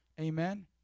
Amen